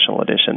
Edition